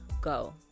go